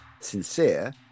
sincere